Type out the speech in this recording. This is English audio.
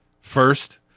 first